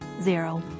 Zero